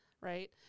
right